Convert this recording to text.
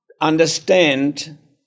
Understand